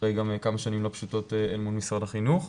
אחרי כמה שנים לא פשוטות אל מול משרד החינוך,